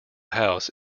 house